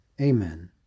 Amen